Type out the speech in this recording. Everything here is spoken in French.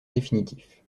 définitif